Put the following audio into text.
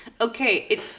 okay